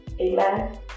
Amen